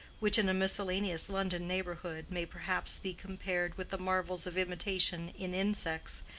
which, in a miscellaneous london neighborhood, may perhaps be compared with the marvels of imitation in insects,